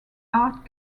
art